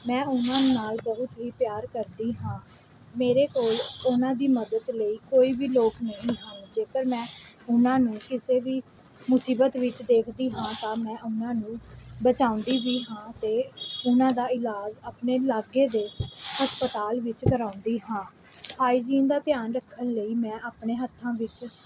ਮੈਂ ਉਹਨਾਂ ਨਾਲ ਬਹੁਤ ਹੀ ਪਿਆਰ ਕਰਦੀ ਹਾਂ ਮੇਰੇ ਕੋਲ ਉਹਨਾਂ ਦੀ ਮਦਦ ਲਈ ਕੋਈ ਵੀ ਲੋਕ ਨਹੀਂ ਹਨ ਜੇਕਰ ਮੈਂ ਉਹਨਾਂ ਨੂੰ ਕਿਸੇ ਵੀ ਮੁਸੀਬਤ ਵਿੱਚ ਦੇਖਦੀ ਹਾਂ ਤਾਂ ਮੈਂ ਉਹਨਾਂ ਨੂੰ ਬਚਾਉਂਦੀ ਵੀ ਹਾਂ ਅਤੇ ਉਹਨਾਂ ਦਾ ਇਲਾਜ ਆਪਣੇ ਇਲਾਕੇ ਦੇ ਹਸਪਤਾਲ ਵਿੱਚ ਕਰਾਉਂਦੀ ਹਾਂ ਆਈਜੀਨ ਦਾ ਧਿਆਨ ਰੱਖਣ ਲਈ ਮੈਂ ਆਪਣੇ ਹੱਥਾਂ ਵਿੱਚ